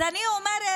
אז אני אומרת